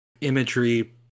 imagery